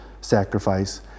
sacrifice